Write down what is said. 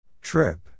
Trip